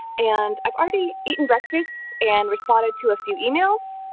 and i've already eaten breakfast, and responded to a few emails,